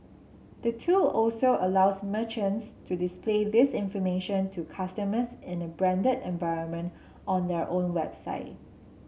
the tool also allows merchants to display this information to customers in a branded environment on their own website